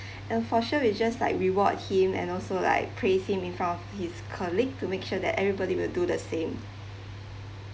uh for sure we just like reward him and also like praise him in front of his colleague to make sure that everybody will do the same